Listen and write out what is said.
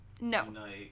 No